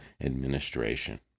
administration